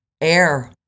air